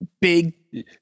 big